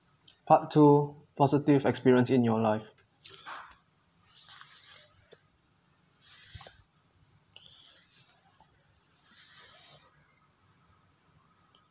part two positive experience in your life